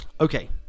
Okay